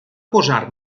posar